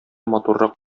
матуррак